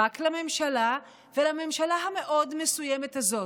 רק לממשלה, ולממשלה המאוד-מסוימת הזאת,